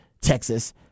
Texas